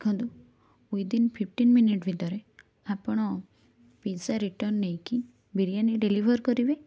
ଦେଖନ୍ତୁ within fifteen minute ଭିତରେ ଆପଣ ପିଜା ରିଟର୍ନ ନେଇକି ବିରିୟାନୀ ଡେଲିଭର୍ କରିବେ